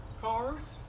Cars